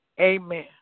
Amen